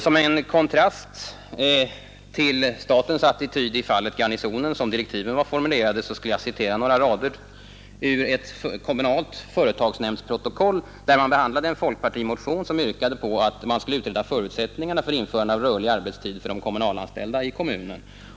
Som en kontrast till statens attityd i fallet Garnisonen, såsom direktiven formulerats, skall jag citera några rader ur ett kommunalt företagsnämndsprotokoll angående behandlingen av en folkpartimotion om utredning av förutsättningarna för införande av rörlig arbetstid för de anställda i kommunen.